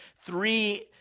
three